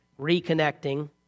reconnecting